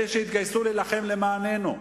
פלא שהתגייסו להילחם למעננו.